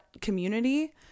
community